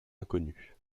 inconnu